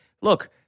look